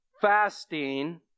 fasting